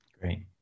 Great